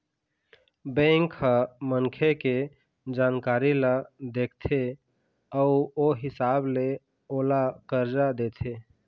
bank ह मनखे के जानकारी ल देखथे अउ ओ हिसाब ले ओला करजा देथे